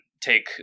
take